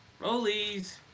Rollies